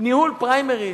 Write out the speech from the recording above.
ניהול פריימריס.